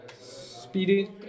Speedy